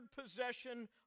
possession